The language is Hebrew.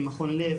ממכון לב.